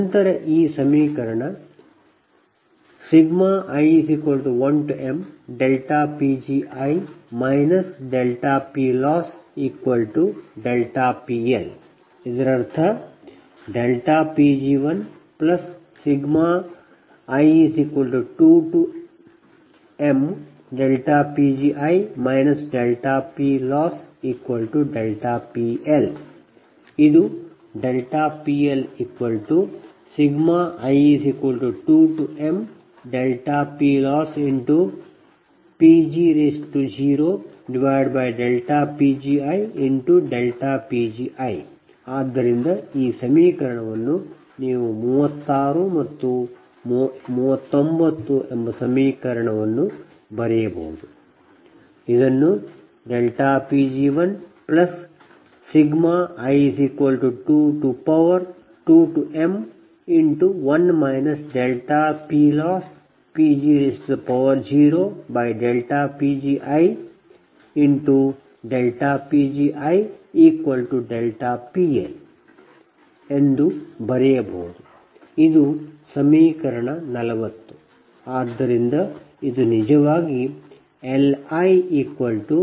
ನಂತರ ಈ ಸಮೀಕರಣ i1mPgi PLossPL ಇದರರ್ಥ Pg1i2mPgi PLossPL ಇದು PLoss i2mPLossPg0PgiPgi ಆದ್ದರಿಂದ ಈ ಸಮೀಕರಣವನ್ನು ನೀವು 36 ಮತ್ತು 39 ಎಂಬ ಸಮೀಕರಣವನ್ನು Pg1i2m1 PLossPg0PgiPgiPL ಎಂದು ಬರೆಯಬಹುದು ಸಮೀಕರಣ ಇದು 40